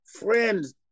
friends